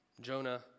Jonah